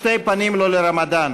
שתי פנים לו לרמדאן.